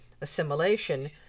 assimilation